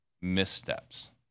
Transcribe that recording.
missteps